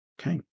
okay